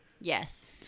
yes